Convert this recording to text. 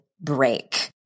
break